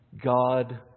God